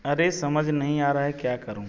अरे समझ नहीं आ रहा है क्या करूँ